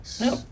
No